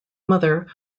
mother